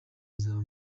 izaba